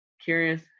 curious